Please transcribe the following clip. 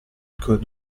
could